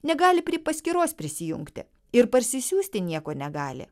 negali prie paskyros prisijungti ir parsisiųsti nieko negali